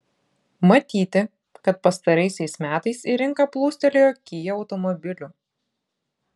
matyti kad pastaraisiais metais į rinką plūstelėjo kia automobilių